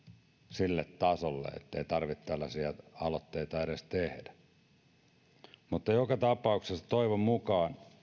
sille tasolle ettei tarvitse tällaisia aloitteita edes tehdä joka tapauksessa toivon mukaan